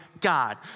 God